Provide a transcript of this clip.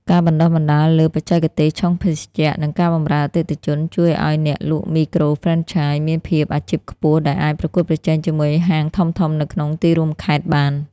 ការបណ្ដុះបណ្ដាលលើ "បច្ចេកទេសឆុងភេសជ្ជៈ" និង "ការបម្រើអតិថិជន" ជួយឱ្យអ្នកលក់មីក្រូហ្វ្រេនឆាយមានភាពអាជីពខ្ពស់ ដែលអាចប្រកួតប្រជែងជាមួយហាងធំៗនៅក្នុងទីរួមខេត្តបាន។